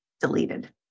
deleted